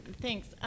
Thanks